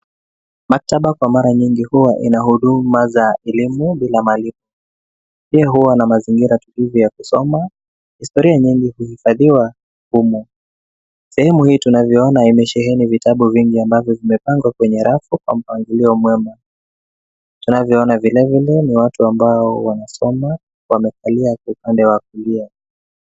Maktaba kwa mara nyingi huwa ina huduma za elimu bila malipo. Pia huwa na mazingira tulivu ya kusoma. Historia nyingi huhifadhiwa humu. Sehemu hii tunavyoona imesheheni vitabu vingi ambavyo vimepangwa kwenye rafu kwa mpangilio mwema. Tunavyoona vilevile ni watu ambao wanasoma, wamekalia kwa upande wa kulia.